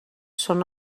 són